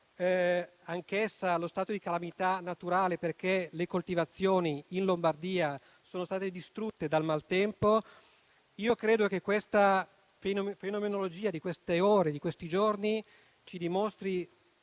anch'essa lo stato di calamità naturale, perché le coltivazioni in Lombardia sono state distrutte dal maltempo. Io credo che la fenomenologia di queste ore e di questi giorni ci dimostri